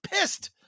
pissed